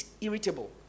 irritable